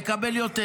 יקבל יותר.